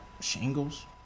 Shingles